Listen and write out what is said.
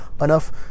enough